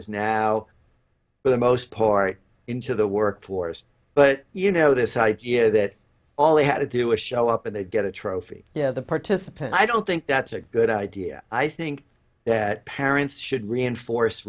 is now for the most part into the workforce but you know this idea that all they have to do is show up and they get a trophy yeah the participant i don't think that's a good idea i think that parents should reinforce